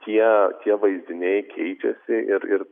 tie tie vaizdiniai keičiasi ir ir